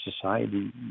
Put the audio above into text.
society